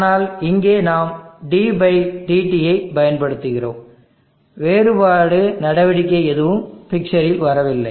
ஆனால் இங்கே நாம் d dt ஐப் பயன்படுத்துகிறோம் வேறுபாடு நடவடிக்கை எதுவும் பிக்சரில் வரவில்லை